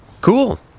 Cool